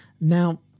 Now